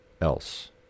else